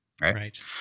Right